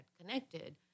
connected